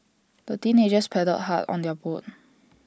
the teenagers paddled hard on their boat